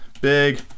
big